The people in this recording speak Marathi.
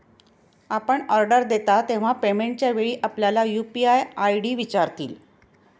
आपण ऑर्डर देता तेव्हा पेमेंटच्या वेळी आपल्याला यू.पी.आय आय.डी विचारतील